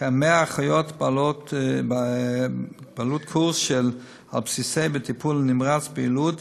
כ-100 אחיות עם קורס על-בסיסי בטיפול נמרץ ביילוד,